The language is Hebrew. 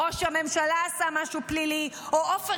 ראש הממשלה עשה משהו פלילי או עופר